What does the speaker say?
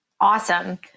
Awesome